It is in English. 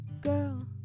girl